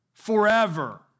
forever